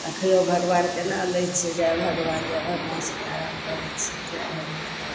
राखियौ भगवानके नाम लै छियै जय भगवान जय भगवान सीता राम करय छियै जय भगवान जय भगवान